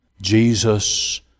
Jesus